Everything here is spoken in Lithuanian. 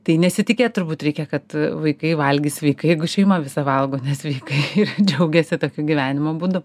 tai nesitikėt turbūt reikia kad vaikai valgys sveikai jeigu šeima visa valgo nesveikai ir džiaugiasi tokiu gyvenimo būdu